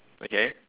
okay